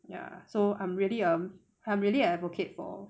ya so I'm really a I'm I'm really a advocate for